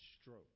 stroke